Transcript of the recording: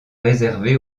réservé